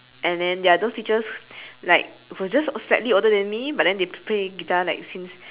and then ya those teachers like who just slightly older than me but then they play guitar like since